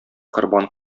корбан